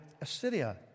Assyria